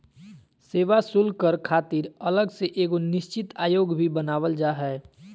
सेवा शुल्क कर खातिर अलग से एगो निश्चित आयोग भी बनावल जा हय